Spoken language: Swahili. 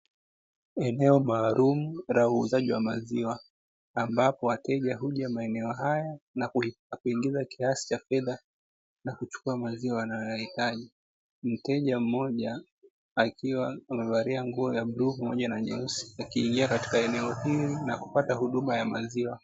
Eneo maalumu la uuzaji wa maziwa, ambapo wateja huja maeneo haya na kuingiza kiasi cha fedha na kuchukua maziwa wanayoyahitaji, mteja mmoja akiwa amevalia nguo ya bluu pamoja na nyeusi, akiingia katika eneo hili na kupata huduma ya maziwa.